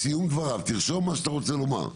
בסיום דבריו תרשום מה שאתה רוצה לומר.